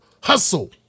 hustle